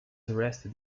arrested